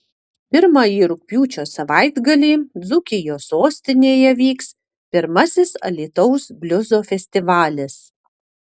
pirmąjį rugpjūčio savaitgalį dzūkijos sostinėje vyks pirmasis alytaus bliuzo festivalis